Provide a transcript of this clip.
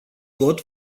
vot